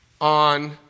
on